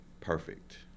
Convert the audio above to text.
perfect